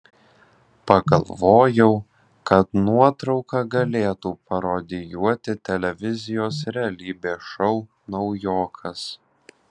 pagalvojau kad nuotrauka galėtų parodijuoti televizijos realybės šou naujokas